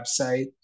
website